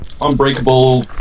unbreakable